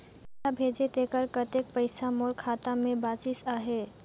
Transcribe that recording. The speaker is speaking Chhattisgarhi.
पइसा भेजे तेकर कतेक पइसा मोर खाता मे बाचिस आहाय?